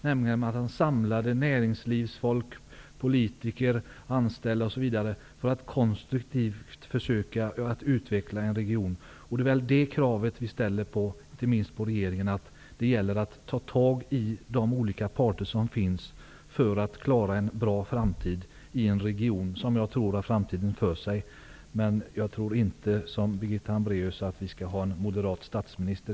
Då samlade man näringslivsfolk, politiker, anställa osv. för att konstruktivt försöka utveckla en region. Vi ställer kravet på regeringen att ta tag i de olika parter som finns för att klara en bra framtid i en region som jag tror har framtiden för sig. Men jag tror inte, som Birgitta Hambraeus gör, att vi då bör ha en moderat statsminister.